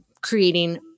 creating